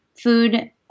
food